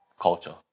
culture